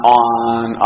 on